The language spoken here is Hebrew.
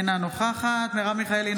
אינה נוכחת מרב מיכאלי,